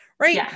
Right